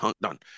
Done